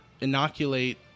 inoculate